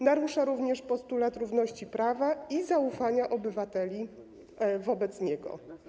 Narusza również postulat równości prawa i zaufania obywateli wobec niego.